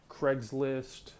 Craigslist